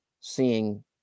seeing